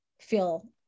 feel